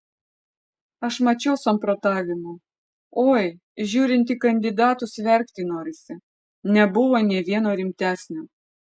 aš mačiau samprotavimų oi žiūrint į kandidatus verkti norisi nebuvo nė vieno rimtesnio